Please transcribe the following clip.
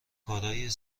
کارای